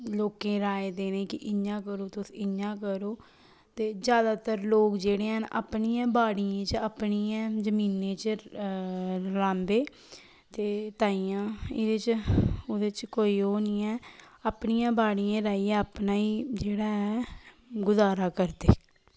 लोकें ई राय देने के इ'यां करो तुस इ'यां करो ते ज्यादातर लोक जेह्ड़े हैन अपनियें बाड़ियें च अपनियें जमीने च रांह्दे ते ताइयें ऐह्दे च ओह्दे च कोई ओह् नी ऐ अपनियें बाड़ियें च राहियै अपना ई जेह्डा ऐ गुजारा करदे